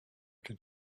can